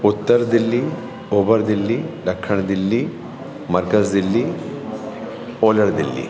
उत्तर दिल्ली ओभरु दिल्ली ॾखणु दिल्ली मर्कज़ु दिल्ली ओलहु दिल्ली